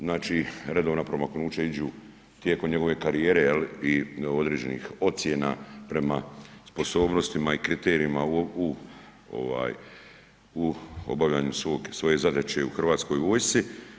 Znači redovna promaknuća idu tijekom njegove karijere, je li i do određenih ocjena prema sposobnostima i kriterijima u obavljanju svoje zadaće u hrvatskoj vojsci.